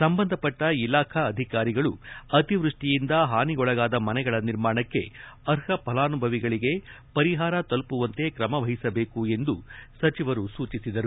ಸಂಬಂಧಪಟ್ಟ ಇಲಾಖಾ ಅಧಿಕಾರಿಗಳು ಅತಿವೃಷ್ಟಿಯಿಂದ ಹಾನಿಗೊಳಗಾದ ಮನೆಗಳ ನಿರ್ಮಾಣಕ್ಕೆ ಅರ್ಹ ಫಲಾನುಭವಿಗಳಿಗೆ ಪರಿಹಾರ ತಲುಪುವಂತೆ ಕ್ರಮವಹಿಸಬೇಕು ಎಂದು ಸಚಿವರು ಸೂಚಿಸಿದರು